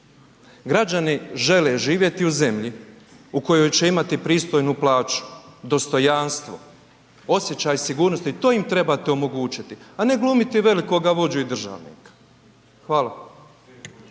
građani žele živjeti u zemlji u kojoj će imati pristojnu plaću, dostojanstvo, osjećaj sigurnosti, to im trebate omogućiti, a ne glumiti velikoga vođu i državnika. Hvala.